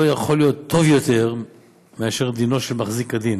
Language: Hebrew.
יכול להיות טוב יותר מדינו של מחזיק כדין